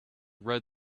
read